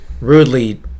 rudely